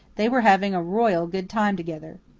they were having a royal good time together.